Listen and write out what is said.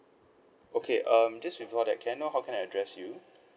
okay um just before that can I know how can I address you